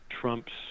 trump's